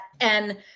And-